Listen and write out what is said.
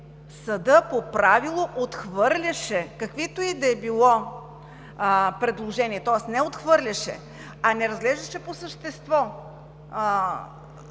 съдът по правило отхвърляше каквито и да било предложения. Тоест не отхвърляше, а не разглеждаше по същество